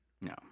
no